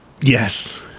Yes